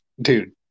dude